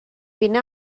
بینه